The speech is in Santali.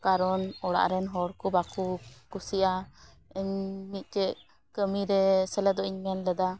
ᱠᱟᱨᱚᱱ ᱚᱲᱟᱜ ᱨᱮᱱ ᱦᱚᱲ ᱠᱚ ᱵᱟᱠᱚ ᱠᱩᱥᱤᱭᱟᱜᱼᱟ ᱢᱤᱫᱴᱮᱡ ᱠᱟᱹᱢᱤ ᱨᱮ ᱥᱮᱞᱮᱫᱚᱜ ᱤᱧ ᱢᱮᱱᱞᱮᱫᱟ